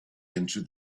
into